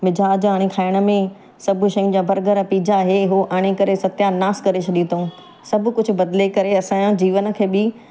मिजाज़ हाणे खाइण में सभु शयुनि जा बर्गर पिज़्जा इहे उहो आणे करे सत्यानासु करे छॾी अथऊं सभु कुझु बदिले करे असांजा जीवन खे बि